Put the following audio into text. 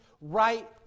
right